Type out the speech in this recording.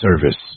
service